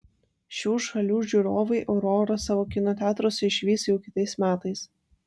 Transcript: šių šalių žiūrovai aurorą savo kino teatruose išvys jau kitais metais